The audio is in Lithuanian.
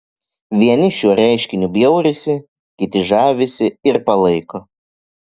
vieni šiuo reiškiniu bjaurisi kiti žavisi ir palaiko